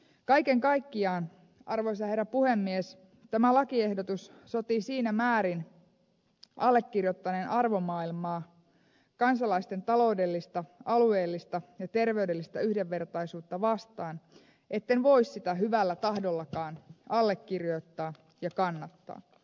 kaiken kaikkiaan arvoisa herra puhemies tämä lakiehdotus sotii siinä määrin allekirjoittaneen arvomaailmaa kansalaisten taloudellista alueellista ja terveydellistä yhdenvertaisuutta vastaan etten voi sitä hyvällä tahdollakaan allekirjoittaa ja kannattaa